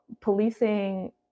policing